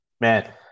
man